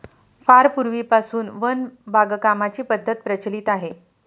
फार पूर्वीपासून वन बागकामाची पद्धत प्रचलित आहे